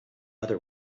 other